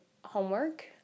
homework